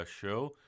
show